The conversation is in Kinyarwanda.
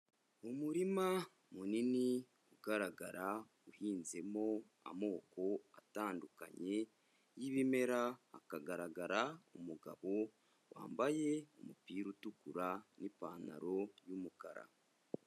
Umurima munini ugaragara uhinzemo amoko atandukanye y'ibimera, hakagaragara umugabo wambaye umupira utukura, n'ipantaro y'umukara.